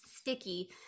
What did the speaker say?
sticky